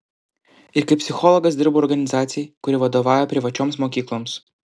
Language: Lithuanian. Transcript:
ir kaip psichologas dirbu organizacijai kuri vadovauja privačioms mokykloms